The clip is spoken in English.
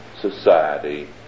society